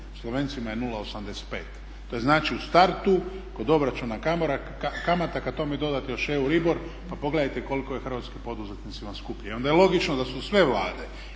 Slovencima je 0,85. To znači u startu kod obračuna kamata kada tome dodate još EURIBOR pa pogledajte koliko je hrvatskim poduzetnicima skuplje. I onda je logično da su sve vlade